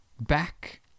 back